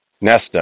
Nesta